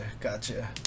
gotcha